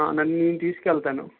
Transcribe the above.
ఆ నేను తీసుకొని వెళ్తాను